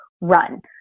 run